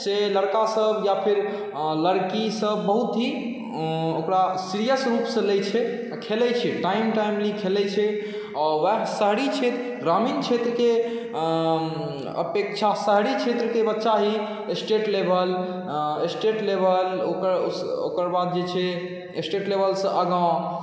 से लड़कासब या फेर लड़कीसब बहुत ही ओकरा सीरियस रूपसँ लै छै आओर खेलै छै टाइम टाइमली खेलै छै आओर वएह शहरी क्षेत्र ग्रामीण क्षेत्रके अपेक्षा शहरी क्षेत्रके बच्चा ही इस्टेट लेवल इस्टेट लेवल ओकर ओकर बाद जे छै इस्टेट लेवलसँ आगाँ